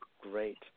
Great